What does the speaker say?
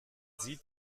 sieht